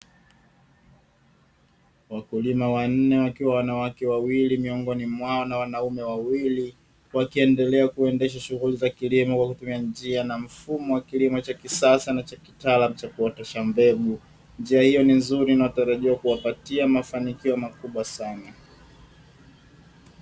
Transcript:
Wakulima wanne wakiwa na wake wawili miongoni mwao na wanaume wawili wakiendelea kuendesha shughuli za kilimo kwa kutumia njia na mfumo wa kilimo cha kisasa na cha kitaalamu cha kuotesha mbegu, njia hiyo ni nzuri inayotarajia kuwapatia mafanikio makubwa sana.